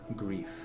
Grief